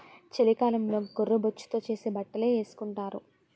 చలికాలంలో గొర్రె బొచ్చుతో చేసే బట్టలే ఏసుకొంటారు